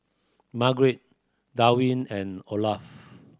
Margaret Darwyn and Olaf